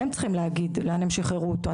הם צריכים להגיד לאן הם שחררו אותו,